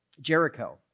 Jericho